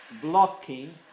blocking